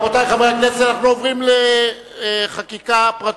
רבותי חברי הכנסת, אנחנו עוברים לחקיקה פרטית.